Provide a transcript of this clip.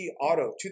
Auto